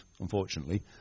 unfortunately